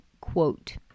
quote